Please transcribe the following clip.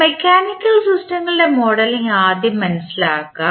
mechanical സിസ്റ്റങ്ങളുടെ modeling ആദ്യം മനസിലാക്കാം